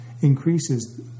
increases